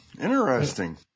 interesting